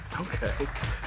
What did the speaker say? okay